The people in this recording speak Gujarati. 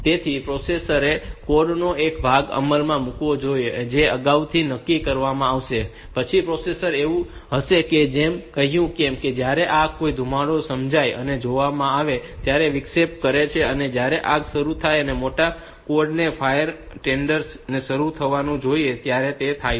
તેથી પ્રોસેસરે કોડ નો એક ભાગ અમલમાં મૂકવો જોઈએ કે જે અગાઉથી નક્કી કરવામાં આવે છે પછી આ પ્રોસેસર એવું હશે કે જેમ કે મેં કહ્યું હતું કે જ્યારે પણ આ ધુમાડો સમજાય અને જોવામાં આવે ત્યારે તે વિક્ષેપિત કરે છે અને ત્યારે આગ શરૂ કરવા માટેનો કોડ કે જે ફાયર ટેન્ડર છે તે શરૂ થવો જોઈએ અને તે થાય છે